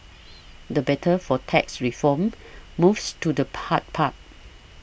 the battle for tax reform moves to the part part